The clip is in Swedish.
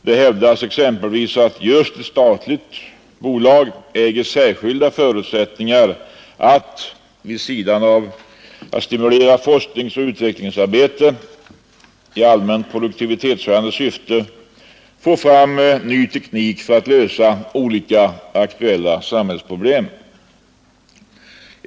Det hävdas exempelvis, att just ett statligt bolag äger särskilda förutsättningar att — vid sidan av att stimulera forskningsoch utvecklingsarbete i allmänt produktionshöjande syfte — få fram ny teknik för att lösa olika aktuella samhällsproblem.